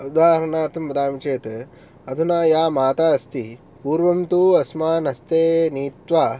उदाहरणार्थं वदामि चेत् अधुना या माता अस्ति पूर्वं तु अस्मान् हस्ते नीत्वा